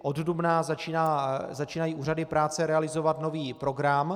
Od dubna začínají úřady práce realizovat nový program.